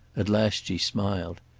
at last she smiled.